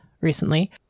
recently